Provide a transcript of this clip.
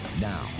Now